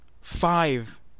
five